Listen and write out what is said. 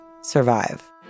survive